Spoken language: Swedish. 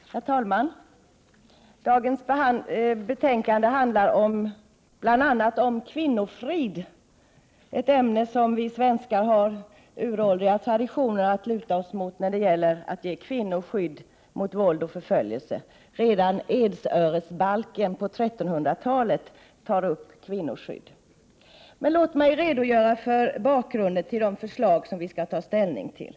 Herr talman! Dagens betänkande handlar bl.a. om kvinnofrid. Vi svenskar har ju uråldriga traditioner att stödja oss på när det gäller att ge kvinnor skydd mot våld och förföljelse. Redan Edsöresbalken från 1300-talet tar upp kvinnoskydd. Låt mig redogöra för bakgrunden till de förslag som vi i dag skall ta ställning till.